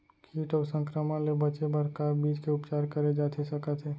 किट अऊ संक्रमण ले बचे बर का बीज के उपचार करे जाथे सकत हे?